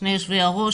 שני יושבי הראש,